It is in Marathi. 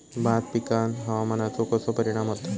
भात पिकांर हवामानाचो कसो परिणाम होता?